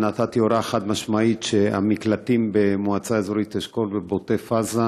נתתי הוראה חד-משמעית שהמקלטים במועצה אזורית אשכול ובעוטף עזה,